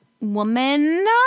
woman